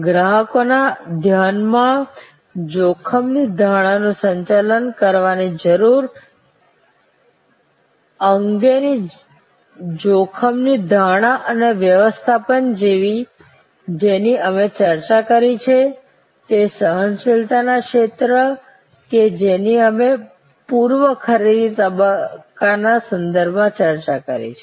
ગ્રાહકોના ધ્યાનમાં જોખમની ધારણાનું સંચાલન કરવાની જરૂરિયાત અંગેની જોખમની ધારણા અને વ્યવસ્થાપન જેની અમે ચર્ચા કરી છે તે સહનશીલતાના ક્ષેત્ર કે જેની અમે પૂર્વ ખરીદી તબક્કાના સંદર્ભમાં ચર્ચા કરી છે